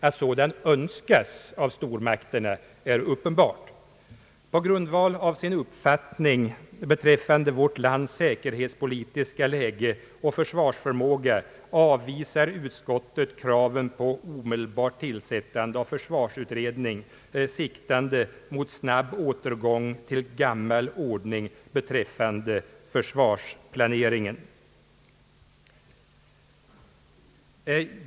Att sådan önskas av stormakterna är uppenbart. På grund av sin uppfattning om vårt lands säkerhetspolitiska läge och försvarsförmåga avvisar utskottet kraven på omedelbart tillsättande av försvarsutredning siktande till snabb återgång till gammal ordning beträffande försvarsplaneringen.